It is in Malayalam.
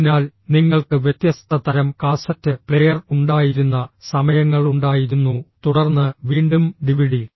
അതിനാൽ നിങ്ങൾക്ക് വ്യത്യസ്ത തരം കാസറ്റ് പ്ലെയർ ഉണ്ടായിരുന്ന സമയങ്ങളുണ്ടായിരുന്നു തുടർന്ന് വീണ്ടും ഡിവിഡി